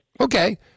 Okay